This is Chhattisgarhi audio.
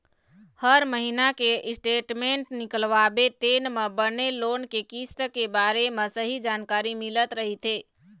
हर महिना के स्टेटमेंट निकलवाबे तेन म बने लोन के किस्त के बारे म सहीं जानकारी मिलत रहिथे